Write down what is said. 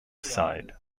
side